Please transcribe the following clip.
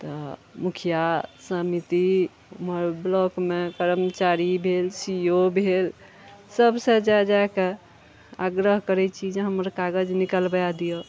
तऽ मुखिया समिती उमहर ब्लॉकमे कर्मचारी भेल सीओ भेल सब सऽ जा जा कए आग्रह करै छी जे हमर कागज निकलबा दिअ